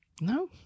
No